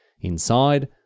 inside